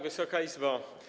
Wysoka Izbo!